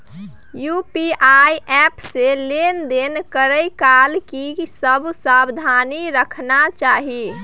UPI app से लेन देन करै काल की सब सावधानी राखना चाही?